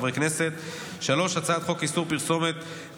הכלכלה תדון בהצעות חוק הבאות: 1. הצעת חוק הבנקאות (רישוי)